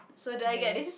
okay